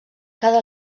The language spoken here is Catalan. cada